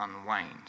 unwind